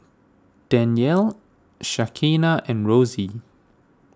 Danyel Shaquana and Rosy